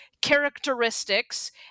characteristics